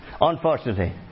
Unfortunately